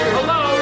Hello